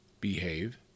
behave